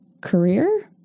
career